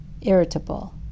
irritable